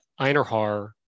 Einarhar